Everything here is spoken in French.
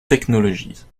technologies